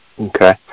okay